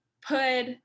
put